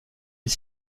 est